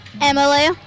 Emily